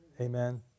Amen